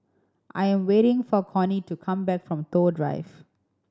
I am waiting for Connie to come back from Toh Drive